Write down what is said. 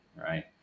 right